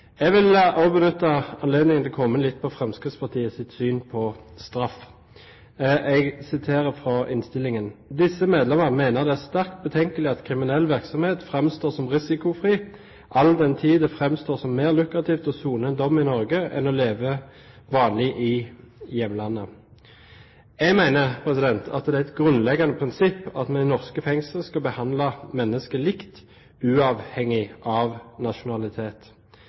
Jeg vil også benytte anledningen til å komme litt inn på Fremskrittspartiets syn på straff. Jeg siterer fra innstillingen: «Disse medlemmer mener det er sterkt betenkelig at kriminell virksomhet fremstår som risikofri all den tid det fremstår som mer lukrativt å sone en dom i Norge enn å leve vanlig i hjemlandet.» Jeg mener det er et grunnleggende prinsipp at vi i norske fengsler skal behandle mennesker likt, uavhengig av nasjonalitet.